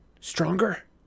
stronger